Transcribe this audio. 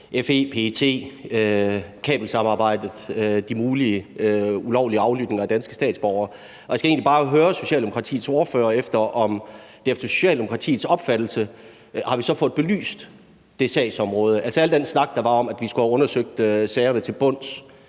FE, PET, kabelsamarbejdet, de mulige ulovlige aflytninger af danske statsborgere. Og jeg skal egentlig bare høre Socialdemokratiets ordfører, om vi så efter Socialdemokratiets opfattelse har fået belyst det sagsområde. Altså, der var al den snak om, at vi skulle have undersøgt sagerne til bunds,